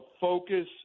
focus